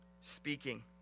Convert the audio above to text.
speaking